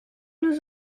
nous